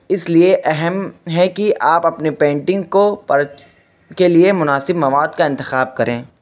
اس لیے اہم ہے کہ آپ اپنی پینٹنگ کو کے لیے مناسب مواد کا انتخاب کریں